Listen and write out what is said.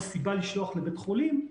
היא סיבה לשלוח לבית חולים.